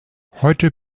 heute